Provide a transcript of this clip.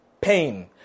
pain